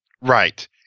Right